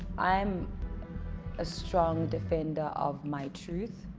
am a strong defender of my truth